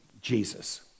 Jesus